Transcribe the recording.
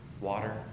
water